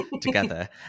together